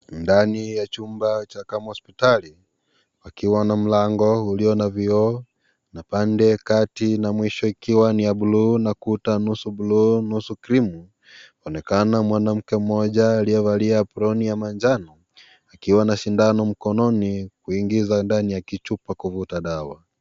Ndani ya chumba kama hospitali, pakiwa na mlango ulio na vioo na pande kati na mwisho ikiwa ni ya buluu na kuta nusu buluu nusu krimu. Aonekana mwanamke mmoja aliyevalia aproni ya manjano, akiwa na sindano mkononi kuingiza ndani ya kichupa kuvuta dawa.